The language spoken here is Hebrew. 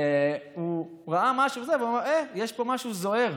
והוא ראה משהו ואמר: אה, יש פה משהו זוהר.